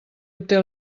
obté